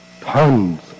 Tons